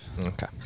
Okay